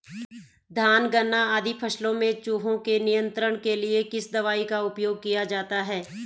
धान गन्ना आदि फसलों में चूहों के नियंत्रण के लिए किस दवाई का उपयोग किया जाता है?